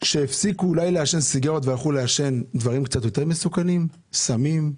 הפסיקו לעשן סיגריות והלכו לעשן דברים קצת יותר מסוכנים כמו סמים?